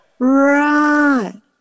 Right